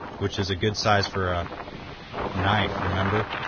which is a good size for a knife. remember.